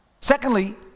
secondly